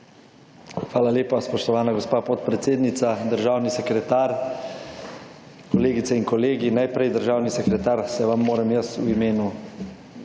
Hvala lepa, spoštovana gospa podpredsednica. Državni sekretar, kolegice in kolegi! Najprej, državni sekretar, se vam moram jaz v imenu